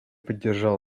поддержал